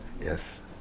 Yes